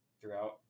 throughout